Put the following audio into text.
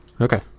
okay